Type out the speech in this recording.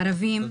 ערבים,